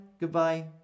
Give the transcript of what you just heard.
goodbye